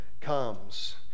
comes